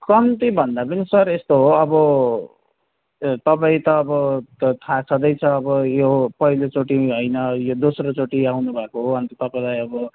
कम्ती भन्दा पनि सर यस्तो हो अब ए तपाईँ त अब थाह छँदैछ अब यो पहिलोचोटि होइन यो दोस्रोचोटि आउनुभएको हो अनि त तपाईँलाई अब